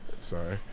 Sorry